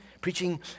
preaching